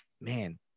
man